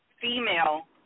female